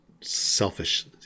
selfish